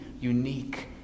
unique